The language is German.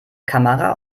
kamera